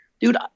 dude